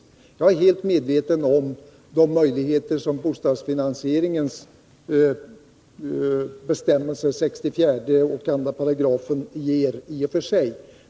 Jag är helt medveten om de möjligheter som bostadsfinansieringsbestämmelserna i 64, 65 och 66 §§ ger i och för sig.